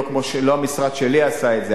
לא המשרד שלי עשה את זה,